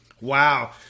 Wow